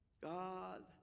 God